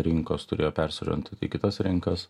rinkos turėjo persiorientuoti į kitas rinkas